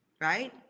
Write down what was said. right